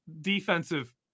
defensive